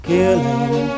Killing